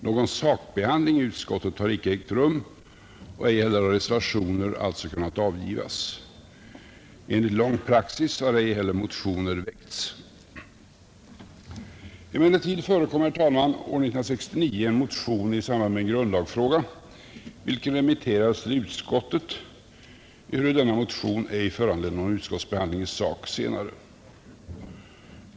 Någon sakbehandling i utskottet har inte ägt rum och följaktligen har ej heller reservationer kunnat avgivas. Enligt lång praxis har dessutom ej heller motioner väckts. Emellertid väcktes år 1969 i samband med en grundlagsfråga en motion, vilken remitterades till utskottet, ehuru denna motion senare ej föranledde någon utskottsbehandling i sak.